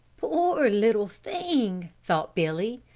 poor little thing, thought billy,